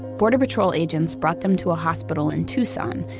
border patrol agents brought them to a hospital in tucson,